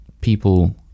people